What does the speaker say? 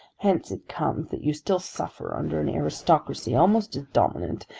hence it comes that you still suffer under an aristocracy almost as dominant,